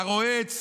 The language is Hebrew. אתה רואה את סוכני,